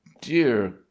dear